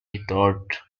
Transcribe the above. retort